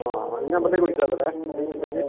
ആ ഈ നമ്പറിലേക്ക് വിളിച്ചാൽ പോരെ എന്തെങ്കിലും ഉണ്ടെങ്കിൽ